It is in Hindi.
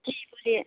जी बोलिए